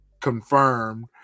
confirmed